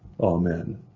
amen